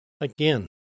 Again